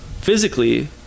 physically